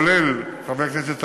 כולל חברי כנסת ערבים,